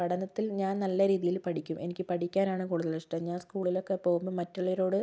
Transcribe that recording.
പഠനത്തിൽ ഞാൻ നല്ല രീതിയിൽ പഠിക്കും എനിക്ക് പഠിക്കാനാണ് കൂടുതൽ ഇഷ്ടം ഞാൻ സ്കൂളിൽ ഒക്കെ പോകുമ്പം മറ്റുള്ളവരോട്